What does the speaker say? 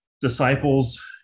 disciples